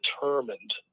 determined